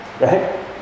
Right